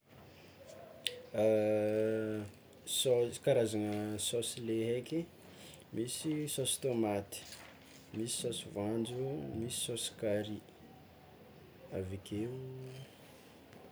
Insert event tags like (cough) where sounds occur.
(hesitation) Sao- karazana saosy le heky: misy saosy tômaty, misy saosy voanjo, misy saosy carry avekeo.